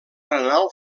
renal